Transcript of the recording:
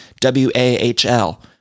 W-A-H-L